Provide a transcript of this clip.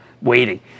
waiting